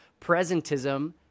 presentism